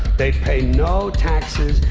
they pay no taxes,